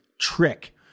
trick